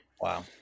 Wow